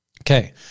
Okay